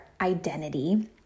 identity